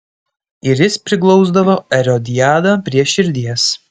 ir jis priglausdavo erodiadą prie širdies